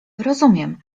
rozumiem